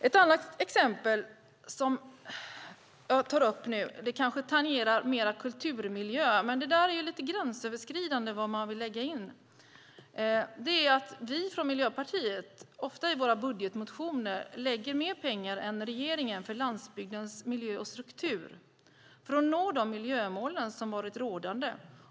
Ett annat exempel som jag tar upp nu kanske tangerar kulturmiljö mer. Men det är ju lite gränsöverskridande när det gäller vad man vill lägga in. Vi från Miljöpartiet lägger ofta i våra budgetmotioner mer pengar än regeringen på landsbygdens miljö och struktur för att nå de miljömål som varit rådande.